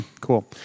cool